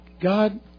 God